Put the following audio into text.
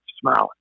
smiling